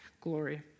glory